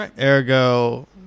Ergo